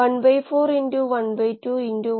ഇവ നിങ്ങളുടെ റഫറൻസിന് വേണ്ടി നൽകുന്നു